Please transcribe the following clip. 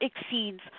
exceeds